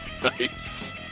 Nice